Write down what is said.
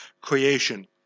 creation